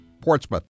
Portsmouth